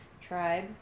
tribe